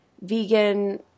vegan